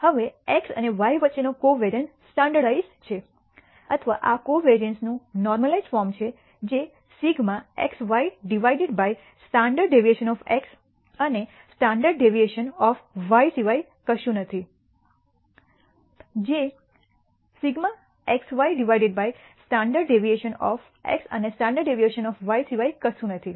હવે એક્સ અને વાય વચ્ચેનો કોવેરીઅન્સ સ્ટૈન્ડર્ડાઇજ઼્ડ છે અથવા આ કોવેરીઅન્સનું નોર્માલિઝ્ડ ફોર્મ છે જે σxy divided by standard deviation of x અને સ્ટાન્ડર્ડ ડેવિએશન ઓફ y સિવાય કશું નથી જે ρxyના સિમ્બોલ દ્વારા સૂચવવામાં આવે છે